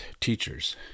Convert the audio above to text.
teachers